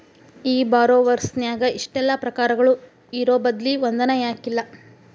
ಈ ಬಾರೊವರ್ಸ್ ನ್ಯಾಗ ಇಷ್ಟೆಲಾ ಪ್ರಕಾರಗಳು ಇರೊಬದ್ಲಿ ಒಂದನ ಯಾಕಿಲ್ಲಾ?